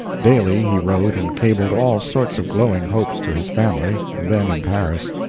daily he wrote and cabled all sorts of glowing hopes to his family, then in paris.